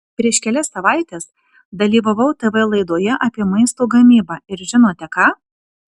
prieš kelias savaites dalyvavau tv laidoje apie maisto gamybą ir žinote ką